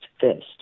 fist